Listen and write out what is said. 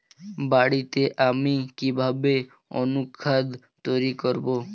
বাড়িতে আমি কিভাবে অনুখাদ্য তৈরি করব?